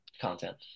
content